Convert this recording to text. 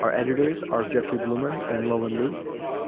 our editors are jeffrey bloomer and lo and luke